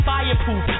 Fireproof